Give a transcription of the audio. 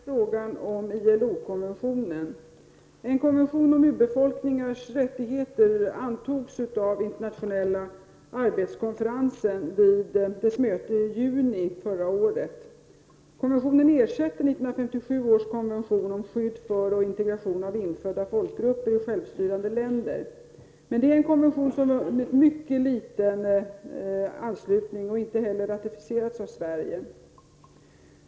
Fru talman! En konvention om urbefolkningars rättigheter antogs av Internationella arbetskonferensen vid dess möte i juni förra året. Konventionen ersätter 1957 års konvention om skydd för och intergration av infödda folkgrupper i självstyrande länder. Men det är en konvention som har vunnit mycket liten anslutning. Den har inte heller ratificerats av Sverige.